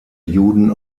juden